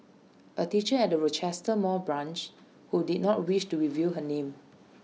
A teacher at the Rochester mall branch who did not wish to reveal her name